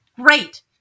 Great